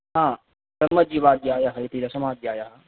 हा कर्मजीवाध्यायः इति दशमो अध्यायः